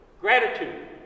Gratitude